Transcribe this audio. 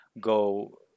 go